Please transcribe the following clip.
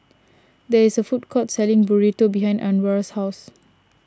there is a food court selling Burrito behind Anwar's house